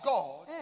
God